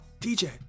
DJ